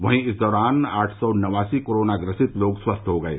वहीं इस दौरान आठ सौ नवासी कोरोनाग्रसित लोग स्वस्थ हो गये